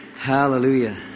Hallelujah